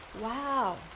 Wow